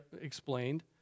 explained